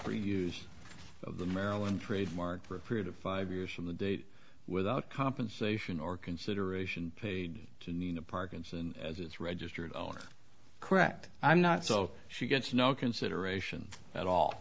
previews of the maryland trademark for a period of five years from the date without compensation or consideration paid to nina parkinson as it's registered all correct i'm not so she gets no consideration at all